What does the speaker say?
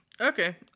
Okay